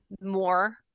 more